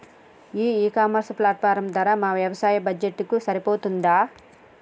ఈ e commerce platform ధర మా వ్యవసాయ బడ్జెట్ కు సరిపోతుందా?